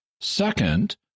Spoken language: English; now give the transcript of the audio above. Second